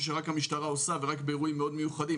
שרק המשטרה עושה ורק באירועים מאוד מיוחדים.